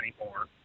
anymore